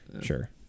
sure